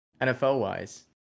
NFL-wise